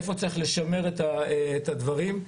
איפה לשמר את הדברים.